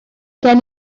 gen